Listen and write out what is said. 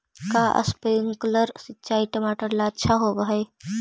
का स्प्रिंकलर सिंचाई टमाटर ला अच्छा होव हई?